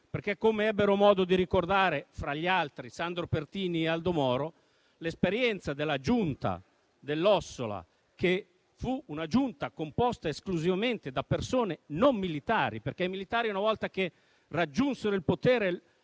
Come ebbero modo di ricordare, fra gli altri, Sandro Pertini e Aldo Moro, l'esperienza della Giunta dell'Ossola (composta esclusivamente da persone non militari perché i militari, una volta raggiunto il potere,